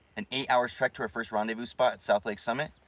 an eight hours trek to our first rendezvous spot at south lake summit.